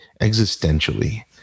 existentially